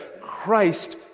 Christ